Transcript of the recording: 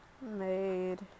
Made